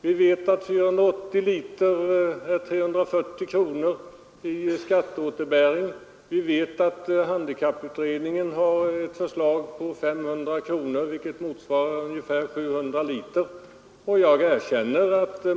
Vi vet att 480 liter bensin är lika med 340 kronor i skatteåterbäring, likaså vet vi att handikapputredningen har ett förslag att bilkostnadsbidraget skall bestämmas till 500 kronor per bil och år, vilket motsvarar ungefär 700 liter.